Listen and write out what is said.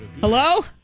Hello